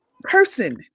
person